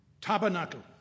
Tabernacle